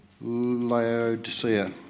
Laodicea